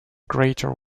greater